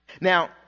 Now